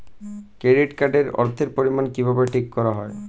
Credit card এর অর্থের পরিমান কিভাবে ঠিক করা হয়?